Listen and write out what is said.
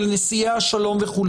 של נשיאי השלום וכו'.